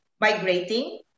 migrating